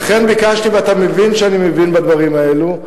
ואתה מבין שאני מבין בדברים האלה,